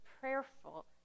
prayerful